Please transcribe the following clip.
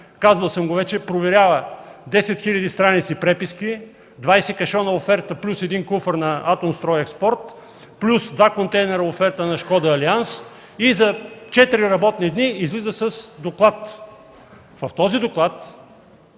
казвал съм го вече – проверява 10 хил. страници преписки, 20 кашона оферта плюс един куфар на „Атомстройекспорт”, плюс два контейнера оферта на „Шкода алианс” и за четири работни дни излиза с доклад. В този доклад